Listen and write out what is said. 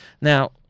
Now